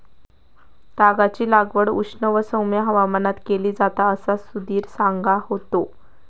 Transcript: तागाची लागवड उष्ण व सौम्य हवामानात केली जाता असा सुधीर सांगा होतो